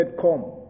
come